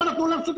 רק חובות